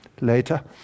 later